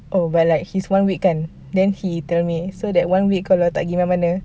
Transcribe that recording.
oh but his one week kan then he tell me so kalau that one week dia tak pergi mana mana